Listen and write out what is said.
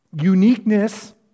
uniqueness